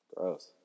Gross